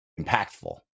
impactful